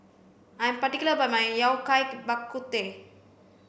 I am particular about my yao cai bak kut teh